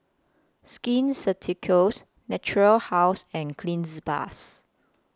Skin Ceuticals Natura House and Cleanz Plus